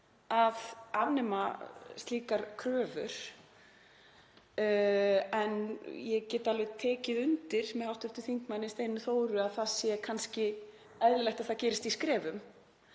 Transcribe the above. að afnema slíkar kröfur. Ég get alveg tekið undir með hv. þm. Steinunni Þóru að það sé kannski eðlilegt að það gerist í skrefum.